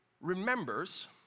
remembers